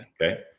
okay